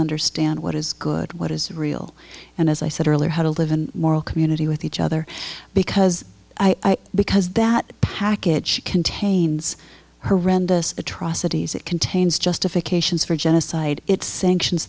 understand what is good what is real and as i said earlier how to live in moral community with each other because i because that package contains her renda atrocities it contains justifications for genocide it sanctions